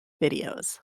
videos